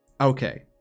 okay